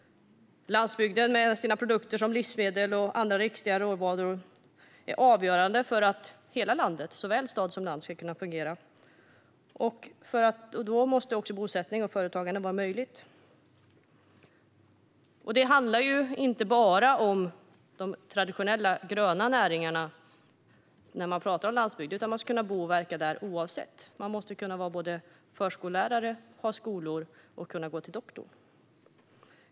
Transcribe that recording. Landsbygden med sina produkter som livsmedel och andra viktiga råvaror är avgörande för att hela landet, såväl stad som land, ska kunna fungera. Då måste också bosättning och företagande vara möjligt. Det handlar inte bara om de traditionella gröna näringarna när man talar om landsbygd. Man ska kunna bo och verka där oavsett vad. Man måste kunna vara förskollärare, ha skolor och kunna gå till doktorn.